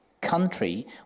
country